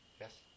Yes